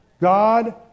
God